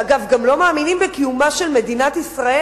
שאגב גם לא מאמינים בקיומה של מדינת ישראל.